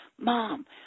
Mom